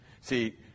See